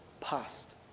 past